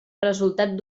resultat